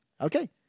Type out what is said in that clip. Okay